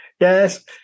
Yes